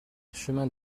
chemin